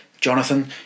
Jonathan